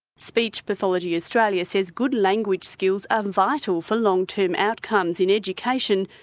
speech pathology australia says good language skills are vital for long term outcomes in education,